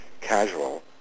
casual